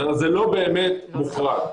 זה לא באמת מוחרג.